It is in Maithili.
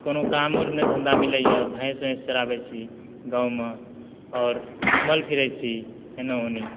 कोनो कामो नहि धन्धा मिलेया भैंस वैंस चराबै छी गाव मे आओर घुमल फिरल छी एनो ओनी